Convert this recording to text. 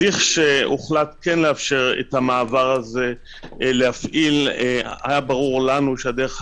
כאשר הוחלט לאפשר את המעבר הזה היה ברור לנו שהדרך